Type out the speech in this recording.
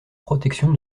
protection